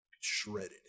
shredded